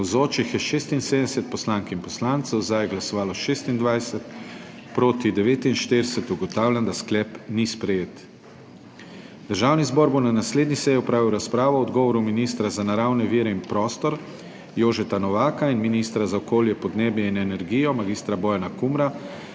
za je glasovalo 26, proti 49. (Za je glasovalo 26.) (Proti 49.) Ugotavljam, da sklep ni sprejet. Državni zbor bo na naslednji seji opravil razpravo o odgovoru ministra za naravne vire in prostor Jožeta Novaka in ministra za okolje, podnebje in energijo mag. Bojana Kumra